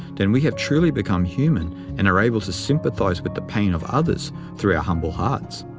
then we have truly become human and are able to sympathize with the pain of others through our humble hearts.